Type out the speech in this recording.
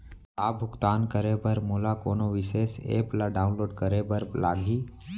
का भुगतान करे बर मोला कोनो विशेष एप ला डाऊनलोड करे बर लागही